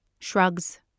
Shrugs